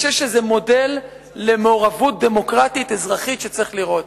אני חושב שזה מודל למעורבות דמוקרטית אזרחית שצריך לראות.